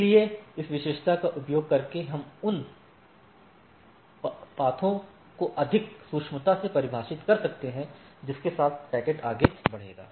इसलिए इस विशेषता का उपयोग करके हम उन पथों को अधिक सूक्ष्मता से परिभाषित कर सकते हैं जिनके साथ पैकेट आगे बढ़ेगा